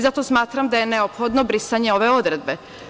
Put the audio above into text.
Zato smatram da je neophodno brisanje ove odredbe.